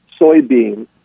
soybean